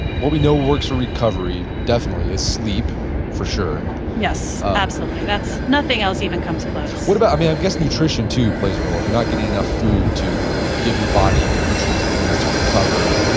what we know works for recovery definitely is sleep for sure yes, absolutely. nothing else even comes close what about, i mean, i guess nutrition too plays a role. if you're not getting enough food to give your body the nutrients it needs to recover,